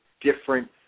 different